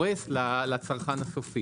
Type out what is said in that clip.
כמו שהשום הלך התפוח הולך.